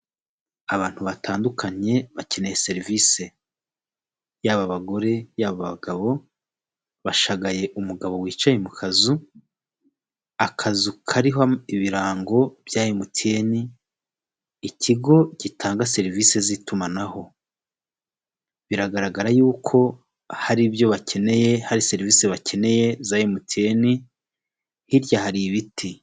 Abantu batandukanye bakeneye serivise, yaba abagore yaba abagabo bashagaye umugabo wicaye mu kazu, akazu kariho ibirango bya emutiyene, ikigo gitanga serivise z'itumanaho. Biragaragara yuko hari ibyo bakeneye hari serivise bakeneye za emutiyene hirya hari ibiti.